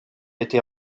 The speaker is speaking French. été